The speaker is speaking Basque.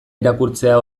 irakurtzea